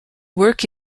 work